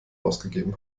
ausgegeben